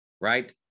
right